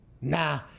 nah